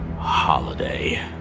holiday